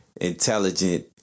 intelligent